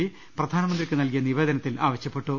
P പ്രധാനമന്ത്രിക്ക് നൽകിയ നിവേദനത്തിൽ ആവശ്യപ്പെട്ടു